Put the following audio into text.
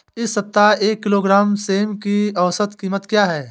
इस सप्ताह एक किलोग्राम सेम की औसत कीमत क्या है?